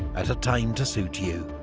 at a time to suit you.